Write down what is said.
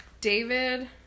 David